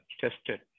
tested